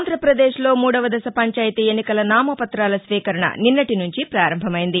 ఆంధ్రాప్రదేశ్ లో మూడవ దశ పంచాయతీ ఎన్నికల నామపత్రాల స్వీకరణ నిన్నటి నుంచి ప్రారంభిమైంది